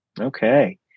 Okay